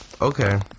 Okay